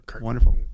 wonderful